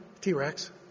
T-Rex